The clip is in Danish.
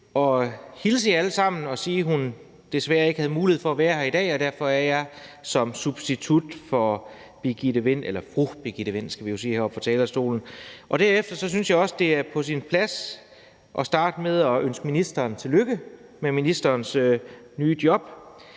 at hilse jer alle sammen og sige, at hun desværre ikke havde mulighed for at være her i dag, og at jeg derfor er her som substitut for fru Birgitte Vind. Derefter synes jeg også, det er på sin plads at starte med at ønske ministeren tillykke med ministerens nye job,